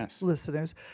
listeners